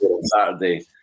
Saturday